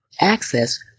access